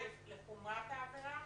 א', לחומרת העבירה,